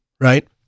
right